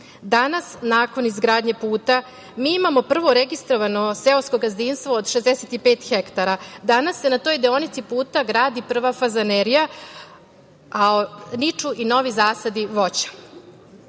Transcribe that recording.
Danas nakon izgradnje puta mi imamo prvo registrovano seosko gazdinstvo od 65 hektara. Danas se na toj deonici puta gradi prva fazanerija, a niču i novi zasadi voća. Svi